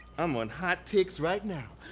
i'm on hottix right now!